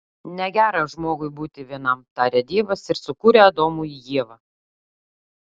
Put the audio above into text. negera žmogui būti vienam taria dievas ir sukuria adomui ievą